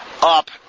up